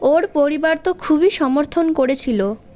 ওর পরিবার তো খুবই সমর্থন করেছিল